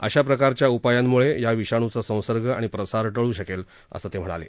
अशा प्रकारच्या उपायांमुळे या विषाणूचा संसर्ग आणि प्रसार टळू शकेल असं ते म्हणाले